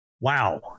Wow